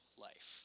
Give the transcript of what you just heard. life